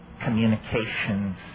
communications